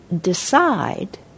decide